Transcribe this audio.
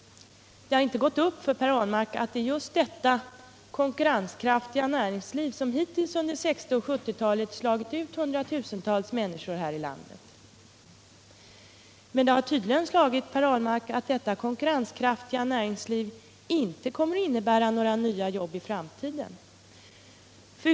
Det har inte gått upp för Per Ahlmark att det är just detta ”konkurrenskraftiga näringsliv” som hittills under 1960 och 1970-talet slagit ut hun 23 dratusentals människor här i landet. Men det har tydligen slagit Per Ahlmark att detta ”konkurrenskraftiga näringsliv” inte kommer att innebära några nya jobb i framtiden.